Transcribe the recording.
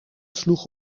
sloeg